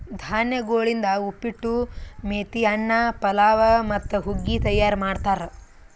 ಧಾನ್ಯಗೊಳಿಂದ್ ಉಪ್ಪಿಟ್ಟು, ಮೇತಿ ಅನ್ನ, ಪಲಾವ್ ಮತ್ತ ಹುಗ್ಗಿ ತೈಯಾರ್ ಮಾಡ್ತಾರ್